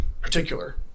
Particular